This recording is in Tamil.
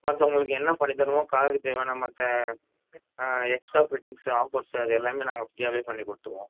மற்றவங்களுக்கு என்ன பண்ணித் தரணுமோ காருக்கு தேவையான மற்ற எக்ஸ்ட்ரா ஃபிட்டிங்ஸு ஆஃபர்ஸு அது எல்லாம் நாங்கள் ஃப்ரீயாகவே பண்ணிக் குடுத்துடுவோம்